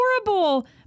adorable